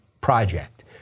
project